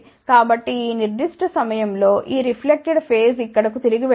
కాబట్టి ఈ నిర్దిష్ట సమయంలో ఈ రిఫ్లెక్టెడ్ వేవ్ ఇక్కడకు తిరిగి వెళ్తుంది